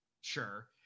sure